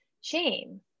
shame